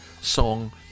song